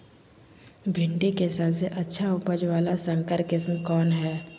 भिंडी के सबसे अच्छा उपज वाला संकर किस्म कौन है?